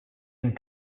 and